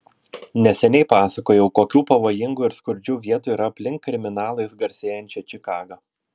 neseniai pasakojau kokių pavojingų ir skurdžių vietų yra aplink kriminalais garsėjančią čikagą